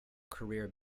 career